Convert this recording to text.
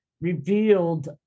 revealed